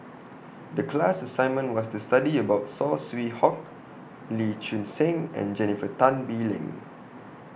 The class assignment was to study about Saw Swee Hock Lee Choon Seng and Jennifer Tan Bee Leng